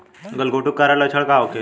गलघोंटु के कारण लक्षण का होखे?